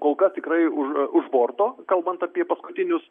kol kas tikrai už už borto kalbant apie paskutinius